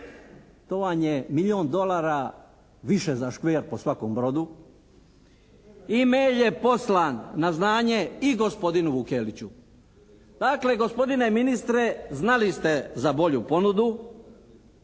to vam je milijun dolara više za Škver po svakom brodu. E-mail je poslan na znanje i gospodinu Vukeliću. Dakle gospodine ministre znali ste za bolju ponudu